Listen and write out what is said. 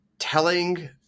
telling